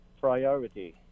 priority